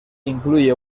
incluye